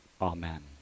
Amen